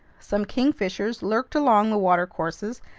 some kingfishers lurked along the watercourses,